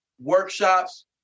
workshops